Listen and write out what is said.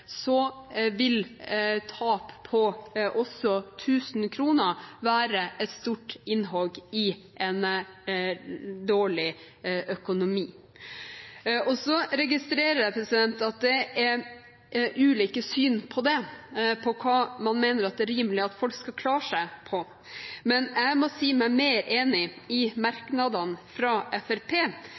vil tap på også 1 000 kr være et stort innhogg i en dårlig økonomi. Så registrerer jeg at det er ulike syn på det, på hva man mener det er rimelig at folk skal klare seg på. Men jeg må si meg mer enig i merknadene fra